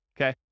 okay